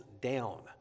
down